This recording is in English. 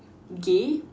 gay